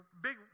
big